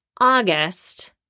August